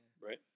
right